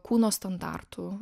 kūno standartų